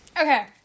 Okay